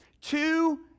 two